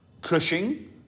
Cushing